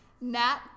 Nat